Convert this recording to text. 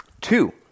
Two